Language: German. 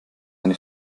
eine